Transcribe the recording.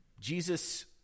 Jesus